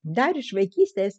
dar iš vaikystės